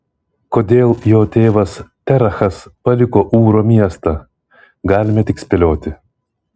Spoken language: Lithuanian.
kodėl jo tėvas terachas paliko ūro miestą galime tik spėlioti